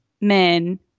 men